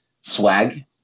swag